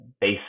base